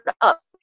up